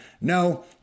No